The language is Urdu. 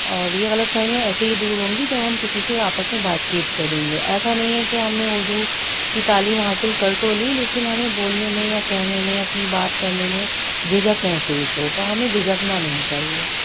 اور یہ غلط فہمیاں ایسے ہی دور ہوں گی جب ہم کسی سے آپس میں بات چیت کریں گے ایسا نہیں ہے کہ ہم نے اردو كی تعلیم حاصل کرتو لی لیكن ہمیں بولنے میں یا کہنے میں اپنی بات کرنے میں جھجک محسوس ہو تو ہمیں جھجکنا نہیں چاہیے